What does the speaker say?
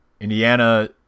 Indiana